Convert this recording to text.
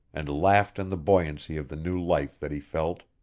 and laughed in the buoyancy of the new life that he felt.